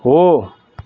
हो